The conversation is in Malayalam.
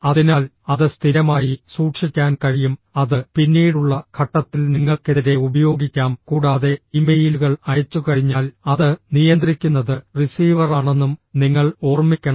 അതിനാൽ അത് സ്ഥിരമായി സൂക്ഷിക്കാൻ കഴിയും അത് പിന്നീടുള്ള ഘട്ടത്തിൽ നിങ്ങൾക്കെതിരെ ഉപയോഗിക്കാം കൂടാതെ ഇമെയിലുകൾ അയച്ചുകഴിഞ്ഞാൽ അത് നിയന്ത്രിക്കുന്നത് റിസീവറാണെന്നും നിങ്ങൾ ഓർമ്മിക്കണം